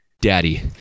Daddy